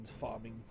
farming